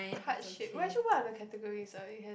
hardship wait actually what are the categories ah we have